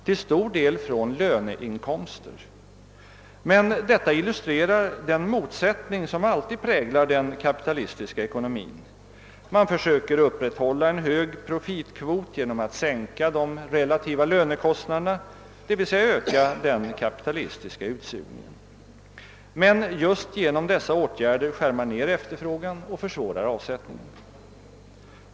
Till stor del från löneinkomster. Detta illustrerar den motsättning som alltid präglar den kapitalistiska ekonomin. Man försöker upprätthålla en hög profitkvot genom att sänka de relativa lönekostnaderna, d.v.s. öka den kapitalistiska utsugningen, men just genom dessa åtgärder skär man ned efterfrågan och försvårar avsättningen.